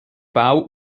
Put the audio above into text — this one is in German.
bau